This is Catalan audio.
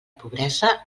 pobresa